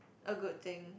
a good thing